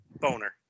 boner